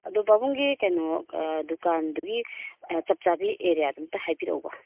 ꯑꯗꯣ ꯄꯥꯕꯨꯡꯒꯤ ꯀꯩꯅꯣ ꯗꯨꯀꯥꯟꯗꯨꯒꯤ ꯆꯞ ꯆꯥꯕꯤ ꯑꯦꯔꯤꯌꯥꯗꯨꯝꯇ ꯍꯥꯏꯕꯤꯔꯛꯎꯕ